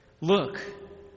Look